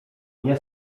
nie